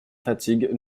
fatigues